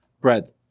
bread